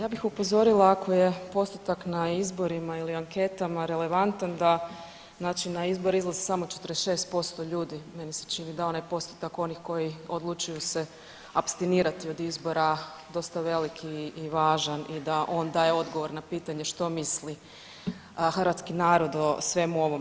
Ja bih upozorila, ako je postotak na izborima ili anketama relevantan znači na izbore izlazi samo 46% ljudi, meni se čini da onaj postotak onih koji odlučuju se apstinirati od izbora dosta velik i važan i da on daje odgovor na pitanje što misli hrvatski narod o svemu ovom.